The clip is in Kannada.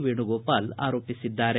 ವೇಣುಗೋಪಾಲ್ ಆರೋಪಿಸಿದ್ದಾರೆ